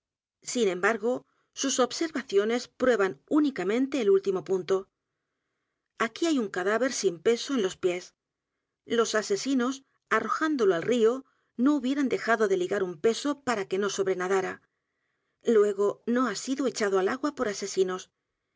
g o sus observaciones prueban únicamente el último punto aquí hay un cadáver sin peso en los pies los asesinos arrojándolo al río no hubieran dejado de ligar un peso para que no sobrenadara luego no ha sido echado al a g u a por asesinos